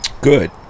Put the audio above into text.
Good